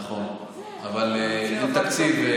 נכון, אבל אין תקציב,